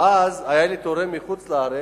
ואז היה לי תורם מחוץ-לארץ